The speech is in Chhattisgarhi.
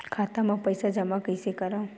खाता म पईसा जमा कइसे करव?